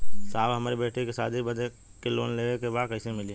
साहब हमरे बेटी के शादी बदे के लोन लेवे के बा कइसे मिलि?